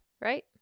right